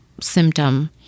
symptom